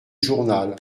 journal